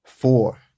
Four